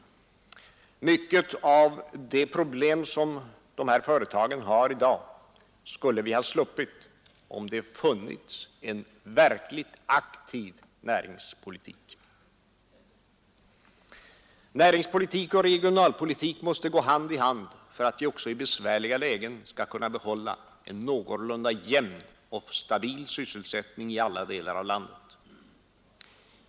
Många av de problem som dessa företag har i dag skulle vi ha undgått, om det funnits en verkligt aktiv näringspolitik. Näringspolitik och regionalpolitik måste gå hand i hand för att vi också i besvärliga lägen skall kunna behålla en någorlunda jämn och stabil sysselsättning i alla delar av landet.